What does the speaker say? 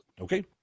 Okay